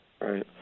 Right